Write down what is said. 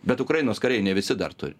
bet ukrainos kariai ne visi dar turi